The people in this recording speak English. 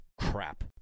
crap